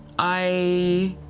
i